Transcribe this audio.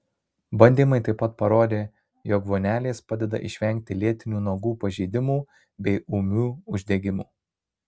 bandymai taip pat parodė jog vonelės padeda išvengti lėtinių nagų pažeidimų bei ūmių uždegimų